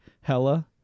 hella